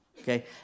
okay